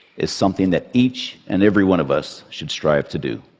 is something that each and every one of us should strive to do.